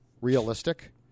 realistic